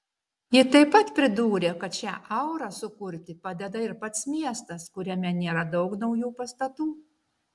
ji taip pat pridūrė kad šią aurą sukurti padeda ir pats miestas kuriame nėra daug naujų pastatų